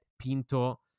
Pinto